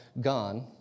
gone